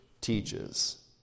teaches